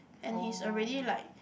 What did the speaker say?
and he's already like